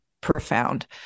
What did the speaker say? profound